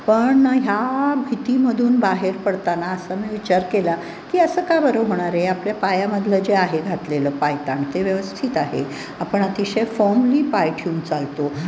पण ह्या भीतीमधून बाहेर पडताना असा मी विचार केला की असं का बरं होणारे आपल्या पायामधलं जे आहे घातलेलं पायताण ते व्यवस्थित आहे आपण अतिशय फर्मली पाय ठेऊन चालतो